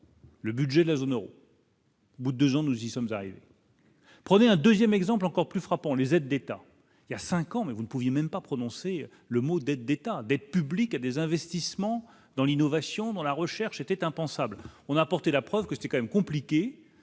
Le budget de la zone Euro. Beaucoup de gens, nous y sommes arrivés, prenez un 2ème exemple encore plus frappant les aides d'État il y a 5 ans, mais vous ne pouvez même pas prononcer le mot d'aides d'État des publics à des investissements dans l'innovation dans la recherche était impensable, on a apporté la preuve que c'était quand même compliqué